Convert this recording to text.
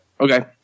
Okay